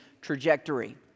trajectory